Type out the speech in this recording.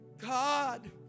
God